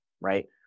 right